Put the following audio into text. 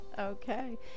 Okay